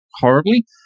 horribly